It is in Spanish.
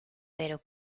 pero